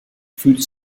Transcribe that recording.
food